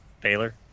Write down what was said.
Baylor